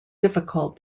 difficult